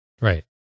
Right